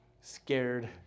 scared